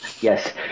Yes